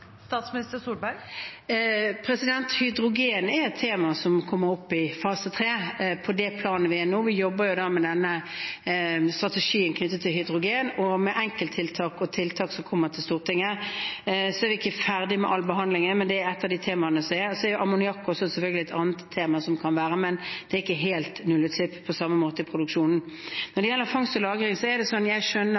Hydrogen er et tema som kommer opp i fase 3, på det planet vi er nå. Vi jobber med denne strategien knyttet til hydrogen, med enkelttiltak og tiltak som kommer til Stortinget. Så er vi ikke ferdig med all behandling, men det er ett av temaene. Ammoniakk er selvfølgelig et annet tema som kan komme, men det gir ikke helt nullutslipp i produksjonen på samme måte. Når det gjelder fangst og lagring, skjønner jeg iveren. Jeg skjønner